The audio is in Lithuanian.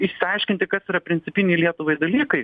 išsiaiškinti kas yra principiniai lietuvai dalykai